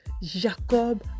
Jacob